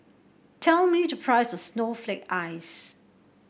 tell me the price of Snowflake Ice